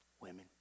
Women